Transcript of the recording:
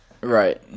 Right